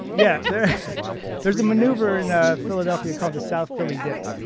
yeah there's a maneuver in ah philadelphia called the south philly dip.